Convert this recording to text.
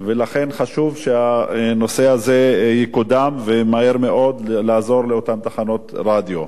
ולכן חשוב שהנושא הזה יקודם על מנת לעזור מהר מאוד לאותן תחנות רדיו.